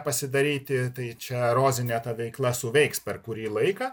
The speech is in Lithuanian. pasidaryti tai čia erozinė ta veikla suveiks per kurį laiką